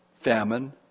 famine